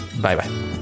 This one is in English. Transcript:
Bye-bye